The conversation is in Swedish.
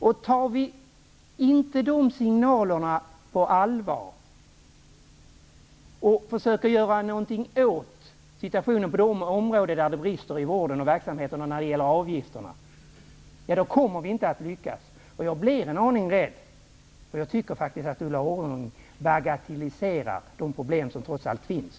Om vi inte tar de signalerna på allvar och försöker göra någonting åt situationen på de områden där det brister i vården och åt avgifterna, då kommer vi inte att lyckas. Jag blir en aning rädd, för jag tycker faktiskt att Ulla Orring bagatelliserar de problem som trots allt finns.